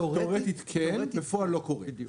תיאורטית כן, בפועל לא קורה.